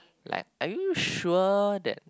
like are you sure that